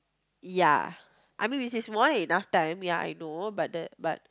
ya I mean which is more than enough time ya I know but the but